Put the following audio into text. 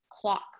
clock